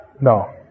No